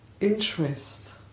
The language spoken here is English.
interest